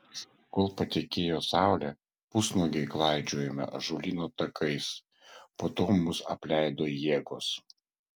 kol patekėjo saulė pusnuogiai klaidžiojome ąžuolyno takais po to mus apleido jėgos